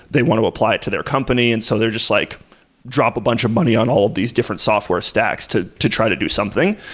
they want to apply to their company and so they're just like drop a bunch of money on all of these different software stacks to to try to do something.